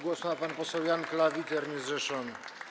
Głos ma pan poseł Jan Klawiter, niezrzeszony.